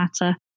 matter